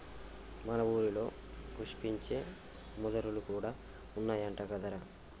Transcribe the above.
మన ఊరిలో పుష్పించే వెదురులు కూడా ఉన్నాయంట కదరా